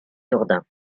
jourdain